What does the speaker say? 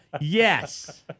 Yes